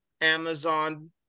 Amazon